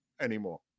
anymore